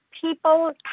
people